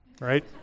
right